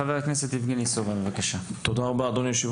תודה רבה.